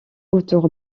autour